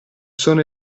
sono